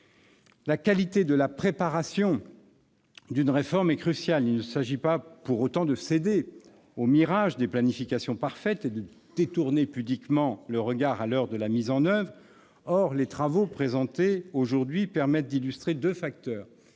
La qualité de la préparation d'une réforme est cruciale. Il ne s'agit pas pour autant de céder au mirage des planifications parfaites et de détourner pudiquement le regard à l'heure de la mise en oeuvre. Or les travaux présentés aujourd'hui permettent d'illustrer deux facteurs